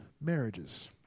marriages